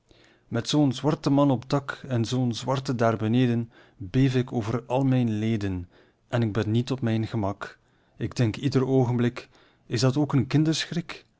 zingt met zoo'n zwarten man op t dak en zoo'n zwarten daar beneden beef ik over al mijn leden en k ben niet op mijn gemak ik denk ieder oogenblik is dat ook een kinderschrik